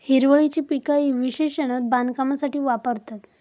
हिरवळीची पिका ही विशेषता बांधकामासाठी वापरतत